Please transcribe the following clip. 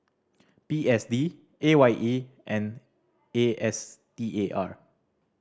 P S D A Y E and A S T A R